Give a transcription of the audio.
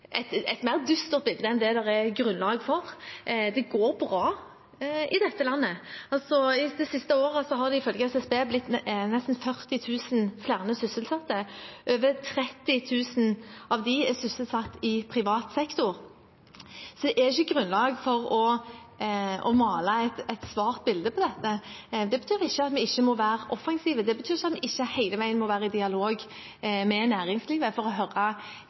mer dystert bilde enn det det er grunnlag for. Det går bra i dette landet. I løpet av det siste året har det ifølge SSB blitt nesten 40 000 flere sysselsatte, over 30 000 av dem er sysselsatt i privat sektor. Så det er ikke grunnlag for å male et svart bilde her. Det betyr ikke at vi ikke må være offensive, det betyr ikke at vi ikke hele veien må være i dialog med næringslivet for å høre